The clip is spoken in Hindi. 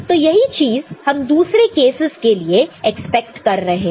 तो यही चीज हम दूसरे केसस के लिए एक्सपेक्ट कर रहे हैं